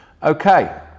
Okay